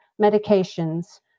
medications